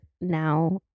now